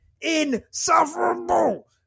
Insufferable